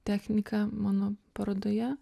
technika mano parodoje